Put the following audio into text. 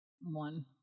One